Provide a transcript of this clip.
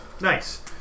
Nice